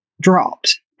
dropped